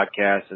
podcast